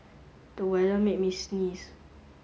the weather made me sneeze